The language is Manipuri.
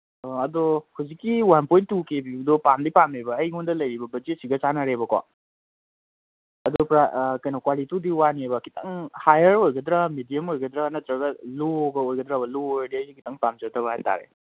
ꯑꯥ ꯑꯗꯣ ꯍꯧꯖꯤꯛꯀꯤ ꯋꯥꯟ ꯄꯣꯏꯟ ꯇꯨ ꯀꯦ ꯄꯤꯕꯗꯣ ꯄꯥꯝꯗꯤ ꯄꯥꯝꯃꯦꯕ ꯑꯩꯉꯣꯟꯗ ꯂꯩꯔꯤꯕ ꯕꯖꯦꯠꯁꯤꯒ ꯆꯥꯅꯔꯦꯕꯀꯣ ꯑꯗꯨꯒ ꯀꯩꯅꯣ ꯀ꯭ꯋꯥꯂꯤꯇꯤꯗꯨꯏ ꯋꯥꯅꯦꯕ ꯈꯤꯇꯪ ꯍꯥꯌꯔ ꯑꯣꯏꯒꯗ꯭ꯔꯥ ꯃꯦꯗꯤꯌꯝ ꯑꯣꯏꯒꯗ꯭ꯔꯥ ꯅꯠꯇ꯭ꯔꯒ ꯂꯣꯒ ꯑꯣꯏꯒꯗ꯭ꯔꯥꯕ ꯂꯣ ꯑꯣꯏꯔꯗꯤ ꯑꯩꯗꯤ ꯈꯤꯇꯪ ꯄꯥꯝꯖꯗꯕ ꯍꯥꯏ ꯇꯥꯔꯦ